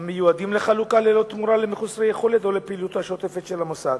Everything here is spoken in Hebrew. המיועדים לחלוקה ללא תמורה למחוסרי יכולת או לפעילותו השוטפת של המוסד.